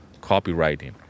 copywriting